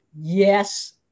yes